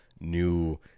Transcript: New